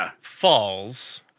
falls